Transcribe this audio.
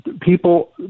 people